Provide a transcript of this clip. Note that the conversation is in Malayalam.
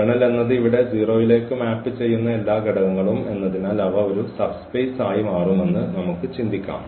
കേർണൽ എന്നത് ഇവിടെ 0 ലേക്ക് മാപ്പ് ചെയ്യുന്ന എല്ലാ ഘടകങ്ങളും എന്നതിനാൽ അവ ഒരു സബ്സ്പേസ് ആയി മാറുമെന്ന് നമുക്ക് ചിന്തിക്കാം